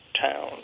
town